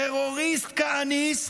טרוריסט כהניסט,